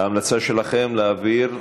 ההמלצה שלכם להעביר,